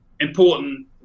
important